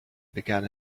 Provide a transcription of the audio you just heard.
began